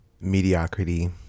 mediocrity